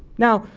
now,